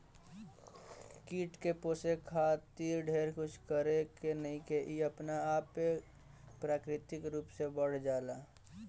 कीट के पोसे खातिर ढेर कुछ करे के नईखे इ अपना आपे प्राकृतिक रूप से बढ़ जाला